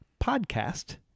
podcast